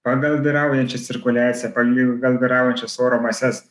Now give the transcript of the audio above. pagal vyraujančią cirkuliaciją pal gal vyraujančias oro mases